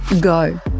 go